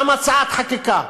גם הצעת חקיקה,